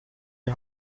die